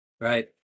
right